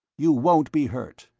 you won't be hurt,